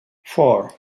four